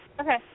Okay